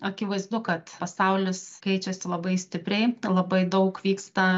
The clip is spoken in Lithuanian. akivaizdu kad pasaulis keičiasi labai stipriai labai daug vyksta